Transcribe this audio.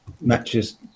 matches